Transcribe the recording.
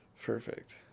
Perfect